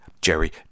Jerry